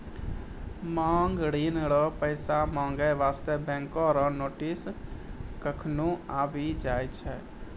मांग ऋण रो पैसा माँगै बास्ते बैंको रो नोटिस कखनु आबि जाय छै